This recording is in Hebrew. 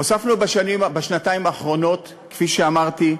הוספנו בשנתיים האחרונות, כפי שאמרתי,